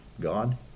God